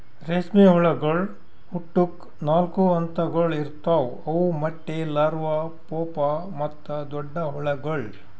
ರೇಷ್ಮೆ ಹುಳಗೊಳ್ ಹುಟ್ಟುಕ್ ನಾಲ್ಕು ಹಂತಗೊಳ್ ಇರ್ತಾವ್ ಅವು ಮೊಟ್ಟೆ, ಲಾರ್ವಾ, ಪೂಪಾ ಮತ್ತ ದೊಡ್ಡ ಹುಳಗೊಳ್